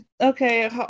okay